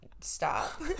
stop